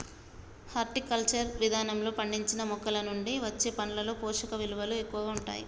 horticulture విధానంలో పండించిన మొక్కలనుండి వచ్చే పండ్లలో పోషకవిలువలు ఎక్కువగా ఉంటాయి